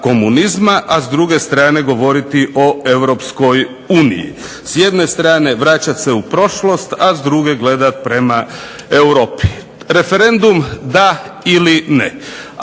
a s druge strane govoriti o Europskoj uniji. S jedne strane vraćat se u prošlost, a s druge gledat prema Europi. Referendum da ili ne?